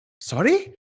sorry